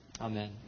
Amen